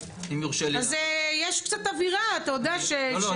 אז יש קצת אווירה של נמאס.